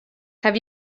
have